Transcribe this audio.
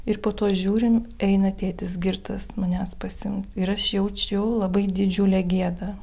ir po to žiūrim eina tėtis girtas manęs pasiimt ir aš jaučiau labai didžiulę gėdą